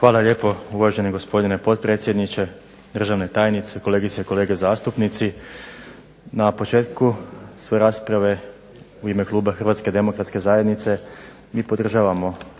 Hvala lijepo. Uvaženi gospodine potpredsjedniče, državne tajnice, kolegice i kolege zastupnici. Na početku svoje rasprave u ime kluba HDZ-a mi podržavamo